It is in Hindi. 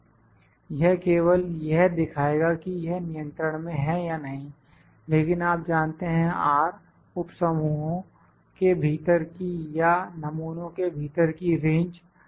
यह केवल यह दिखाएगा कि यह नियंत्रण में है या नहीं लेकिन आप जानते हैं R उप समूहों के भीतर की या नमूनों के भीतर की रेंज है